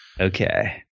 Okay